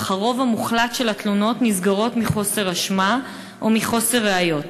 אך הרוב המוחלט של התלונות נסגרות מחוסר אשמה או מחוסר ראיות.